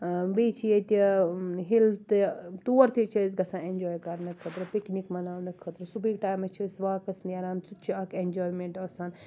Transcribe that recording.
بیٚیہِ چھِ ییٚتہِ ہِل تہِ تور تہِ چھِ أسۍ گژھان اٮ۪نجاے کرنہٕ خٲطرٕ پِکنِک مناونہٕ خٲطرٕ صُبحٕکۍ ٹایِمہٕ چھِ أسۍ واکَس نیران سُہ تہِ چھِ اَکھ اٮ۪نجایمٮ۪نٹ آسان